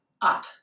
up